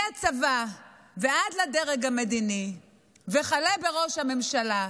מהצבא ועד לדרג המדיני וכלה בראש הממשלה,